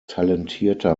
talentierter